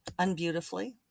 unbeautifully